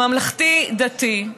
הממלכתי-דתי,